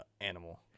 animal